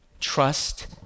trust